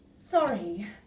Sorry